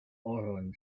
oron